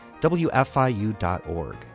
WFIU.org